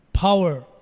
Power